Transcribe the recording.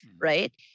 right